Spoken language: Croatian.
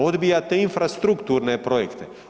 Odbijate infrastrukturne projekte.